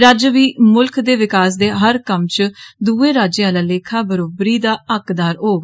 राज्य बी मुल्ख दे विकास दे हर कम्म च दुए राज्यें आह्ला लेखा बरोबर दा हकदार होग